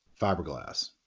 fiberglass